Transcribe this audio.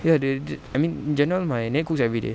ya they they I mean in general my nenek cooks everyday